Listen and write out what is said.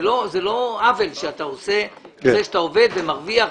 זה לא עוול שאתה עושה בזה שאתה עובד ומרוויח,